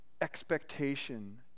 expectation